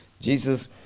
Jesus